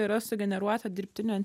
yra sugeneruota dirbtinio